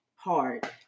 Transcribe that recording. hard